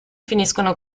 finiscono